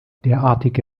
derartige